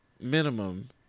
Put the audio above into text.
minimum